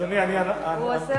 עושה